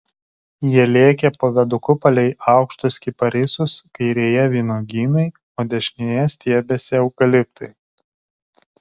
jie lėkė po viaduku palei aukštus kiparisus kairėje vynuogynai o dešinėje stiebėsi eukaliptai